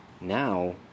now